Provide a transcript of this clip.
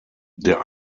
der